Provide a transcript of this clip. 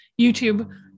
YouTube